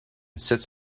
sits